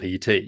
PT